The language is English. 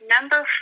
Number